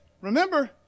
remember